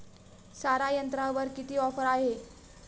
सारा यंत्रावर किती ऑफर आहे?